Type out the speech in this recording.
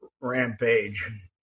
rampage